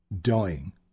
dying